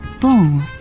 Bull